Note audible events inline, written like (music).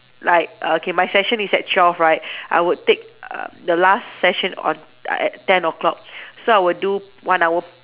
like err okay my session is at twelve right I would take err the last session on at ten o-clock (breath) so I will do one hour